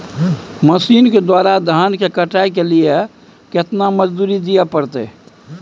Machine के द्वारा धान की कटाइ के लिये केतना मजदूरी दिये परतय?